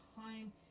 time